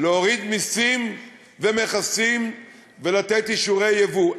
להוריד מסים ומכסים ולתת אישורי ייבוא.